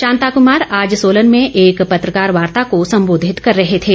शांताकूमार आज सोलन में एक पत्रकार वार्ता को संबोधित कर रहे थे